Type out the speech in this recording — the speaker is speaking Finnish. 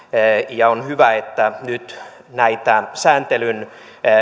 ja on hyvä että nyt näitä sääntelyn